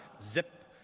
zip